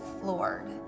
floored